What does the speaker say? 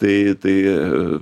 tai tai